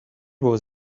was